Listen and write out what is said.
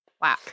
Wow